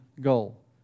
goal